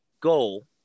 goal